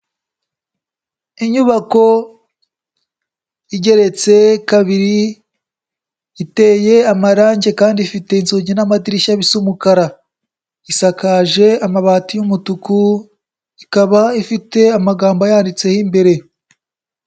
Inyubako igeretse kabiri iteye amarange kandi ifite inzugi n'amadirishya bisa umukara, isakaje amabati y'umutuku ikaba ifite amagambo ayanditseho imbere.